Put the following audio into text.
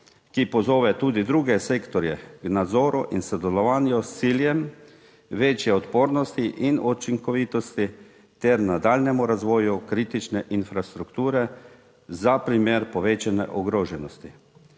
ki pozove tudi druge sektorje k nadzoru in sodelovanju s ciljem večje odpornosti in učinkovitosti ter nadaljnjemu razvoju kritične infrastrukture za primer povečane ogroženosti